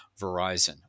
Verizon